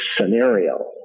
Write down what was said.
scenario